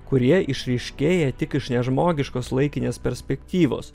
kurie išryškėja tik iš nežmogiškos laikinės perspektyvos